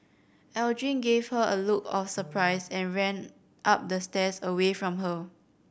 Aldrin gave her a look of surprise and ran up the stairs away from her